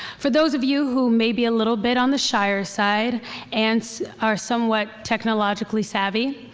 for those of you who may be a little bit on the shyer side and are somewhat technologically savvy,